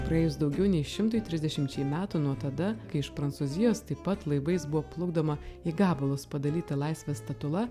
praėjus daugiau nei šimtui trisdešimčiai metų nuo tada kai iš prancūzijos taip pat laivais buvo plukdoma į gabalus padalyta laisvės statula